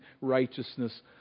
righteousness